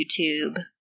YouTube